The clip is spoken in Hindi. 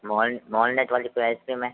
वॉल वॉलनट वाली कोई आइसक्रीम है